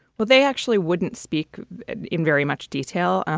well, they actually wouldn't speak in very much detail.